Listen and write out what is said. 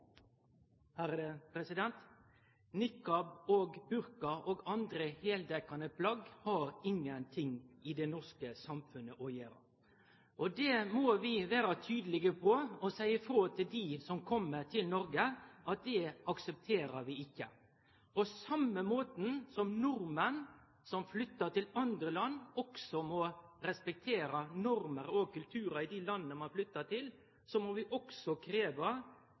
burka og andre heildekkjande plagg har ingenting i det norske samfunnet å gjere. Det må vi vere tydelege på og seie frå om til dei som kjem til Noreg, at det aksepterer vi ikkje. På same måten som nordmenn som flytter til andre land, også må respektere normer og kulturar i dei landa vi flytter til, må vi også